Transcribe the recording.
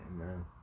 Amen